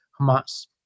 Hamas